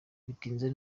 bitinze